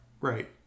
right